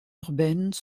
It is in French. urbaines